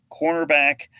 cornerback